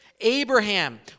Abraham